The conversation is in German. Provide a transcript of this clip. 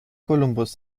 columbus